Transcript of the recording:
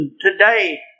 today